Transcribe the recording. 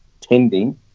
tending